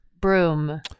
broom